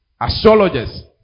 astrologers